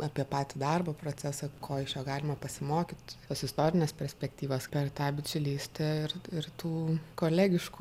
apie patį darbo procesą ko iš jo galima pasimokyt tos istorines perspektyvas per tą bičiulystę ir ir tų kolegiškų